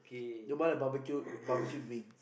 you buy the barbecued barbecued wing